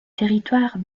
territoire